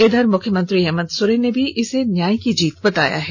इधर मुख्यमंत्री हेमंत सोरेन ने भी इसे न्याय की जीत बताया है